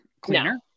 cleaner